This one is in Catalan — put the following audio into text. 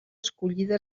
escollida